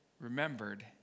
remembered